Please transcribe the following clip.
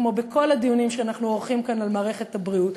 כמו בכל הדיונים שאנחנו עורכים כאן על מערכת הבריאות,